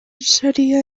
saria